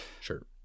sure